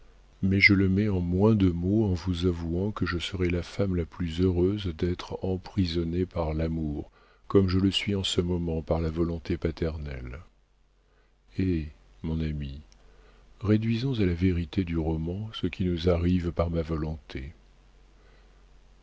mais je le mets en moins de mots en vous avouant que je serai la femme la plus heureuse d'être emprisonnée par l'amour comme je le suis en ce moment par la volonté paternelle eh mon ami réduisons à la vérité du roman ce qui nous arrive par ma volonté